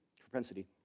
propensity